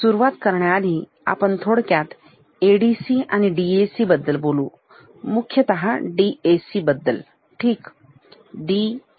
तर सुरुवात करण्याआधी आपण थोडक्यात ADC आणि DAC बद्दल बोलू मुख्यतः DAC बद्दल ठीक DAC